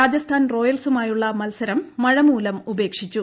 രാജസ്ഥാൻ റോയൽസുമായുള്ള മത്സരം മഴമൂലം ഉപേക്ഷിച്ചു